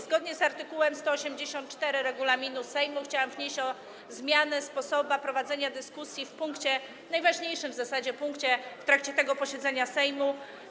Zgodnie z art. 184 regulaminu Sejmu chciałam wnieść o zmianę sposobu prowadzenia dyskusji w najważniejszym w zasadzie punkcie w trakcie tego posiedzenia Sejmu.